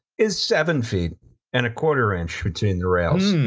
is seven feet and a quarter inch between the rails.